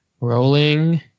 Rolling